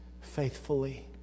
faithfully